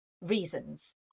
reasons